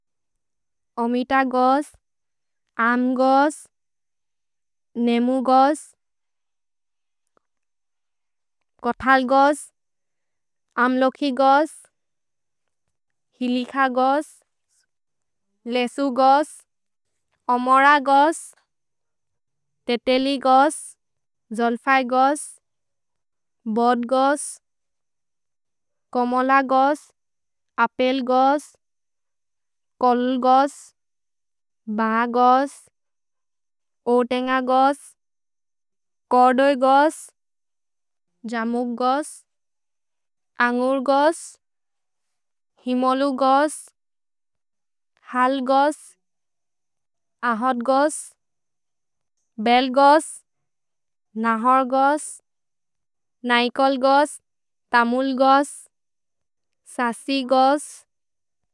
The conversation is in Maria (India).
अमित गोस्, अम् गोस्, नेमु गोस्, कोथल् गोस्, अम्लोखि गोस्, हिलिख गोस्, लेसु गोस्, अमोर गोस्, तेतेलि गोस्, जोल्फै गोस्, बोद् गोस्, कमोल गोस्, अपेल् गोस्, कोल् गोस्, ब गोस्, ओतेन्ग गोस्, कोदोइ गोस्, जमुख् गोस्, अन्गुर् गोस्, हिमोलु गोस्, हल् गोस्, अहोद् गोस्, बेल् गोस्, नहोर् गोस्, नैकल् गोस्, तमुल् गोस्, ससि गोस्।